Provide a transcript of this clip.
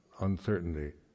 Uncertainty